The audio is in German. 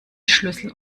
schlüssel